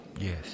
Yes